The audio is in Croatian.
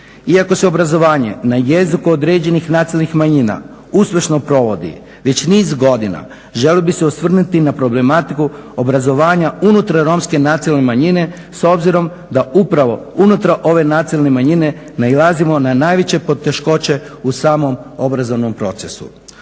Iako se obrazovanje na jeziku određenih nacionalnih manjina uspješno provodi već niz godina, želio bih se osvrnuti na problematiku obrazovanja unutar romske nacionalne manjine s obzirom da upravo unutar ove nacionalne manjine nailazimo na najveće poteškoće u samom obrazovnom procesu.